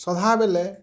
ସଦାବେଳେ